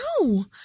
No